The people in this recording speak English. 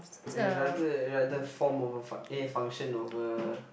eh rather rather form over func~ eh function over